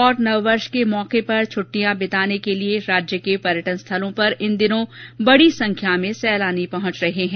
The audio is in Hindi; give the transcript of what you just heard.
क्रिसमस और नववर्ष के मौके पर छुट्टियां बिताने के लिए राज्य के पर्यटन स्थलों पर इन दिनों बड़ी संख्या में सैलानी पहुंच रहे हैं